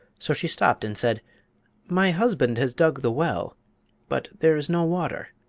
so she stopped and said my husband has dug the well but there is no water.